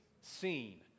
seen